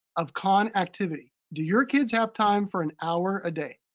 of khan activity. do your kids have time for an hour a day?